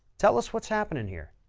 tell us what's happening here.